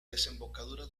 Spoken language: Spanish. desembocadura